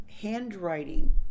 handwriting